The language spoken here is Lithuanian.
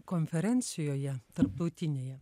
konferencijoje tarptautinėje